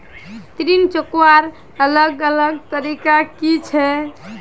ऋण चुकवार अलग अलग तरीका कि छे?